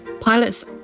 pilots